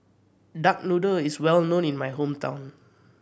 duck noodle is well known in my hometown